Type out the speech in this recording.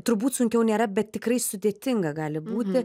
turbūt sunkiau nėra bet tikrai sudėtinga gali būti